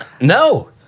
No